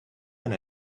and